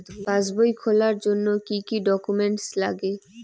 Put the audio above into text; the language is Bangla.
পাসবই খোলার জন্য কি কি ডকুমেন্টস লাগে?